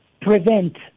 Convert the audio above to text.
prevent